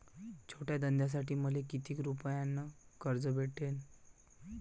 छोट्या धंद्यासाठी मले कितीक रुपयानं कर्ज भेटन?